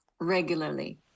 regularly